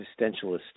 existentialist